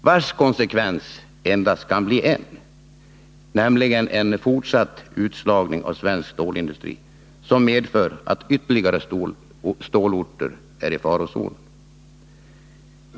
Konsekvensen av det kan endast bli en, nämligen en fortsatt utslagning av svensk stålindustri som medför att ytterligare stålorter kommer i farozonen.